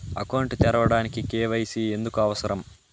Account తెరవడానికి, KYC ఎందుకు అవసరం?